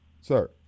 Sir